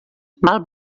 mal